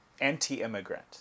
anti-immigrant